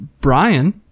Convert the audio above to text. Brian